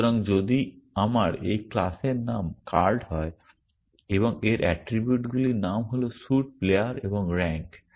সুতরাং যদি আমার এই ক্লাসের নাম কার্ড হয় এবং এর এট্রিবিউটগুলির নাম হল স্যুট প্লেয়ার এবং র্যাঙ্ক